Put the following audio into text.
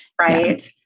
right